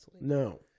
No